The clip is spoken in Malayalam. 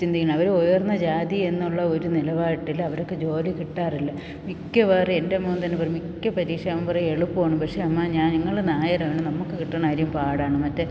ചിന്തിക്കുന്നില്ല അവർ ഉയർന്ന ജാതിയെന്നുള്ള ഒരു നിലപാടിൽ അവഋക്ക് ജോലി കിട്ടാറില്ല മിക്കവാറും എൻ്റെ മോൻ തന്നെ പറയും മിക്ക പരീക്ഷയും അവൻ പറയും എളുപ്പമാണ് പഷെ അമ്മ ഞാൻ നിങ്ങൾ നായരാണ് നമക്ക് കിട്ടണാര്യം പാടാണ് മറ്റെ